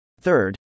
Third